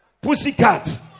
Pussycat